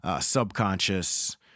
subconscious